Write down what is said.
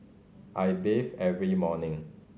I bathe every morning